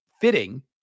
fitting